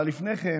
אבל לפני כן,